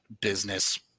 business